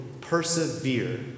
persevere